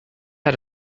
how